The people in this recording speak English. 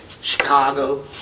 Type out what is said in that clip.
Chicago